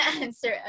answer